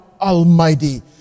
Almighty